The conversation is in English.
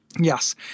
Yes